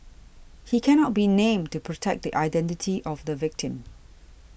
he cannot be named to protect the identity of the victim